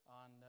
on